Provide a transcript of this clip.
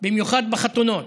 במיוחד בחתונות,